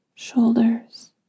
shoulders